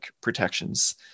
protections